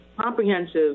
comprehensive